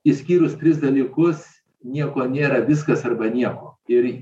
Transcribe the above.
išskyrus tris dalykus nieko nėra viskas arba nieko ir